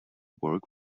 work